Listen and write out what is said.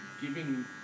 Giving